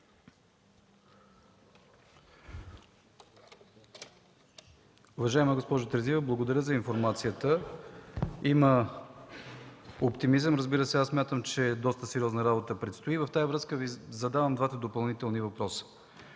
Уважаема госпожо Терзиева, благодаря за информацията. Има оптимизъм. Разбира се, аз смятам, че предстои доста сериозна работа. В тази връзка Ви задавам двата допълнителни въпроса.